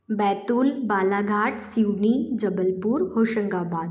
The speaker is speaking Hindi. बैतूल बालाघाट सिवनी जबलपुर होशंगाबाद